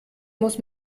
muss